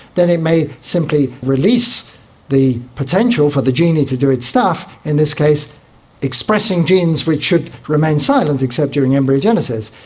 then it may simply release the potential for the genie to do its stuff, in this case expressing genes which should remain silent except during embryogenesis.